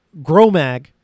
Gromag